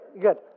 good